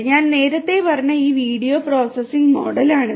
ഞാൻ നേരത്തെ പറഞ്ഞ ഈ വീഡിയോ പ്രോസസ്സിംഗ് മോഡലാണിത്